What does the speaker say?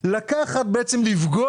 ואנחנו מבקשים נוסח עם תיקונים.